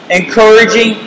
encouraging